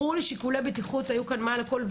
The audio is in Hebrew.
ברור לי ששיקולי הבטיחות היו כאן מעל הכול,